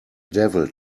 devil